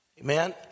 Amen